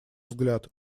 взгляд